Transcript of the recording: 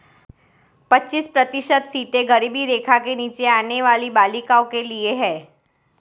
पच्चीस प्रतिशत सीटें गरीबी रेखा के नीचे आने वाली बालिकाओं के लिए है